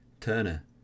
Turner